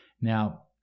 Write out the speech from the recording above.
Now